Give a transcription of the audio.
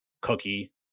Cookie